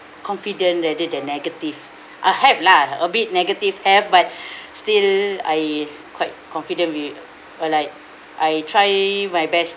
confident rather than negative I have lah a bit negative have but still I quite confident with uh like I try my best